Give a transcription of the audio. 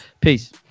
Peace